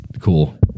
cool